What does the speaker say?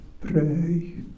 pray